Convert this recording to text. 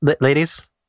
Ladies